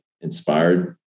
inspired